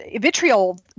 vitriol